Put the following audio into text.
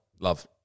Love